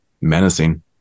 menacing